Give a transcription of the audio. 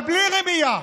אבל בלי רמייה.